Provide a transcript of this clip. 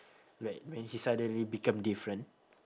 like when she suddenly become different